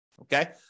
okay